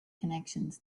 connections